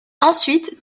ensuite